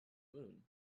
moon